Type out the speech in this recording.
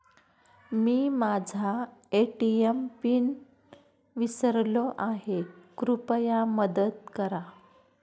मी माझा ATM PIN विसरलो आहे, कृपया मदत करा